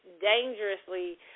dangerously